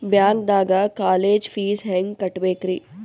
ಬ್ಯಾಂಕ್ದಾಗ college fees ಹೆಂಗ್ ಕಟ್ಟ್ಬೇಕ್ರಿ?